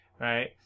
right